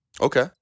Okay